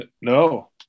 No